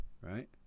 right